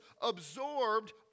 absorbed